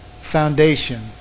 foundation